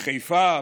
בחיפה,